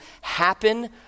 happen